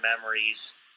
memories